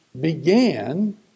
began